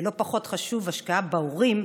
ולא פחות חשוב: השקעה בהורים,